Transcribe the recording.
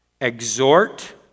Exhort